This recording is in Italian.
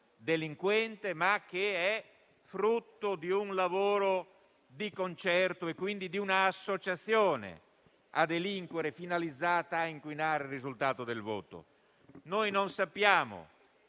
delinquente, ma di un lavoro di concerto e quindi di una associazione a delinquere finalizzata a inquinare il risultato del voto. Noi non sappiamo